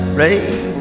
rain